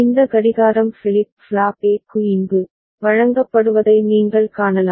இந்த கடிகாரம் flip flop A க்கு இங்கு வழங்கப்படுவதை நீங்கள் காணலாம்